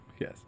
Yes